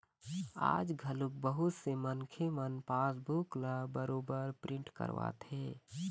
आज घलोक बहुत से मनखे मन पासबूक ल बरोबर प्रिंट करवाथे